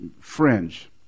fringe